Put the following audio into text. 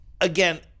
Again